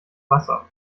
wasser